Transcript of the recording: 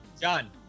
John